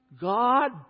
God